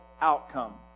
outcome